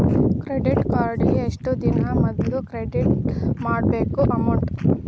credit ಕಾರ್ಡಿಗಿ ಎಷ್ಟ ದಿನಾ ಮೊದ್ಲ ಕ್ರೆಡಿಟ್ ಮಾಡ್ಬೇಕ್ ಅಮೌಂಟ್ನ